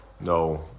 No